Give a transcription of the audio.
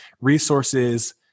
resources